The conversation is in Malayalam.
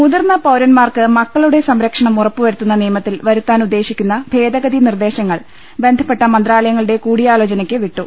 മുതിർന്ന പൌരന്മാർക്ക് മക്കളുടെ സംരക്ഷണം ഉറ പ്പുവരുത്തുന്ന് നിയമത്തിൽ വരുത്താനുദ്ദേശിക്കുന്ന ഭേദ ഗതി നിർദ്ദേശങ്ങൾ ബന്ധപ്പെട്ട മന്ത്രാലയങ്ങളുടെ കൂടി യാലോചനയ്ക്ക് വിട്ടു